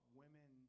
women